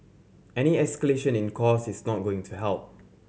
any escalation in costs is not going to help